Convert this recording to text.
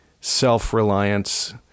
self-reliance